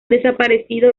desaparecido